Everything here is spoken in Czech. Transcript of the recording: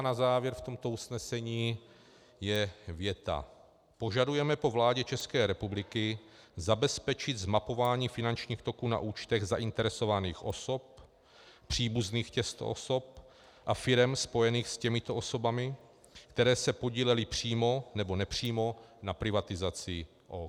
Na závěr v tomto usnesení je věta: Požadujeme po vládě ČR zabezpečit zmapování finančních toků na účtech zainteresovaných osob, příbuzných těchto osob a firem spojených s těmito osobami, které se podílely přímo nebo nepřímo na privatizaci OKD.